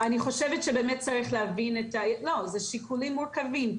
לא, זה שיקולים מורכבים.